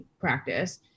practice